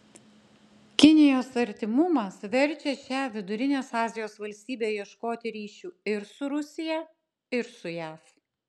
kinijos artimumas verčia šią vidurinės azijos valstybę ieškoti ryšių ir su rusija ir su jav